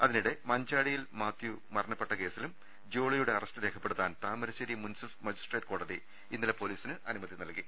അതിനിടെ മഞ്ചാടിയിൽ മാത്യു മരണപ്പെട്ട കേസിലും ജോളിയുടെ അറസ്റ്റ് രേഖപ്പെടു ത്താൻ താമരശേരി മുൻസിഫ് മജിസ്ട്രേറ്റ് കോടതി ഇന്നലെ പൊലീസിന് അനുമതി നൽകി